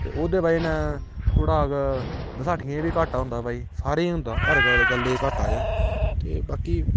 ते ओह्दे बजह कन्नै थोह्ड़ा बसाठियें बी घाटा होंदा भाई सारें गी होंदा हर गल्लै घाटा ऐ ते बाकी